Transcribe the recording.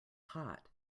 hot